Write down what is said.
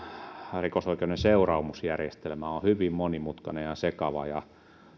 rikosoikeudellinen seuraamusjärjestelmä on hyvin monimutkainen ja sekava ja ihan